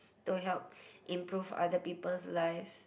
to help improve other people's lives